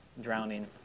drowning